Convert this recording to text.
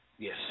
Yes